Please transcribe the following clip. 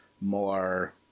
more